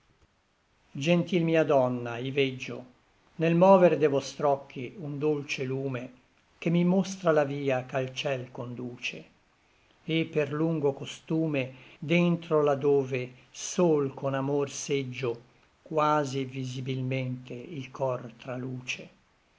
gentil mia donna i veggio nel mover de vostr'occhi un dolce lume che mi mostra la via ch'al ciel conduce et per lungo costume dentro là dove sol con amor seggio quasi visibilmente il cor traluce